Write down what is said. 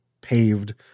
paved